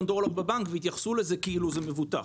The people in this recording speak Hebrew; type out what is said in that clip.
דולר בבנק והתייחסו לזה כאילו שזה מבוטח.